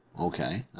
Okay